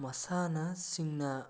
ꯃꯁꯥꯟꯅꯁꯤꯡꯅ